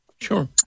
Sure